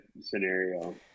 scenario